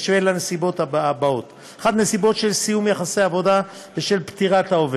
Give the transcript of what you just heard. בנסיבות האלה: 1. נסיבות של סיום יחסי עבודה בשל פטירת העובד,